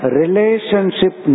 relationship